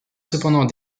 cependant